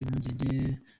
impungenge